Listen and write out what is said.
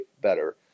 better